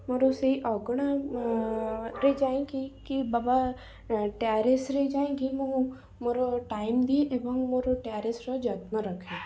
ମୋର ସେଇ ଅଗଣା ରେ ଯାଇକି କି ବାବା ଟାରେସ୍ ରେ ଯାଇକି ମୁଁ ମୋର ଟାଇମ ଦିଏ ଏବଂ ମୋର ଟାରେସ୍ ର ଯତ୍ନରଖେ